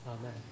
Amen